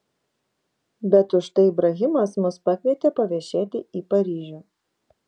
bet užtai ibrahimas mus pakvietė paviešėti į paryžių